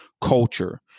culture